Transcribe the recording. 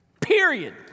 Period